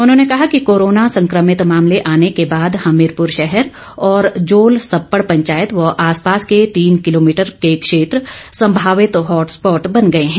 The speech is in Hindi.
उन्होंने कहा कि कोरोना संक्रभित मामले आने के बाद हमीरपुर शहर और जोल सप्पड पंचायत व आसपास के तीन किलोमीटर के क्षेत्र संभावित हॉट स्पॉट बन गये हैं